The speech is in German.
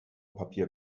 papier